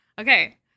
okay